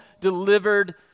delivered